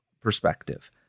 perspective